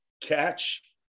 catch